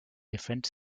different